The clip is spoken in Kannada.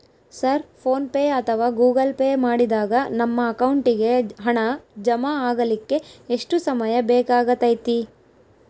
ಸರ್ ಫೋನ್ ಪೆ ಅಥವಾ ಗೂಗಲ್ ಪೆ ಮಾಡಿದಾಗ ನಮ್ಮ ಅಕೌಂಟಿಗೆ ಹಣ ಜಮಾ ಆಗಲಿಕ್ಕೆ ಎಷ್ಟು ಸಮಯ ಬೇಕಾಗತೈತಿ?